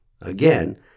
Again